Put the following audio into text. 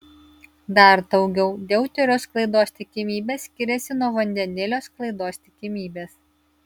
dar daugiau deuterio sklaidos tikimybė skiriasi nuo vandenilio sklaidos tikimybės